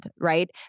right